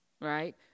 right